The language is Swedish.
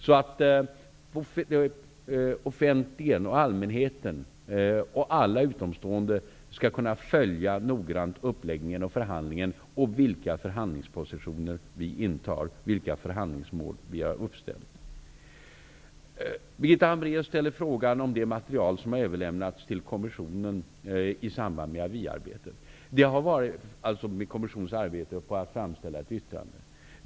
Detta skall göras så att allmänheten noggrant skall kunna följa uppläggningen, förhandlingen, vilka förhandlingspositioner vi intar samt vilka förhandlingsmål vi har uppställt. Birgitta Hambraeus ställde en fråga om det material som har överlämnats til kommissionen i samband med kommissionens arbete på att framställa ett yttrande.